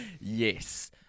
Yes